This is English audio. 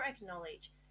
acknowledge